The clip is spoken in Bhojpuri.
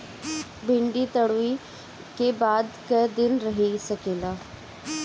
भिन्डी तुड़ायी के बाद क दिन रही सकेला?